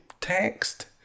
text